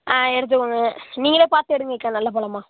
ஆ எடுத்துக்கங்க நீங்கள் பார்த்து எடுங்கக்கா நல்ல பழமாக